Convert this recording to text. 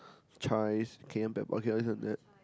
chives cayanne okay this and that